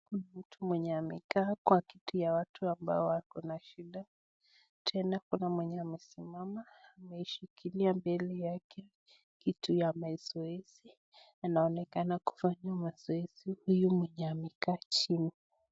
Kuna mtu mwenye amekaa Kwa kiti ambayo ya watu wako na shida tena Kuna mwenye amesimama ameshikilia mbele yake kitu ya mazoezi anaonekana kufanya mazoezi huyu mwenye amekaa chini.